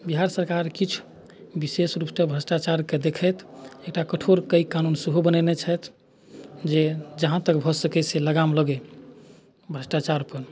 बिहार सरकार किछु विशेष रूपसँ भ्रष्टाचारके देखैत एकटा कठोर कानून सेहो बनेने छथि जे जहाँ तक भऽ सकय से लगाम लगै भ्रष्टाचारपर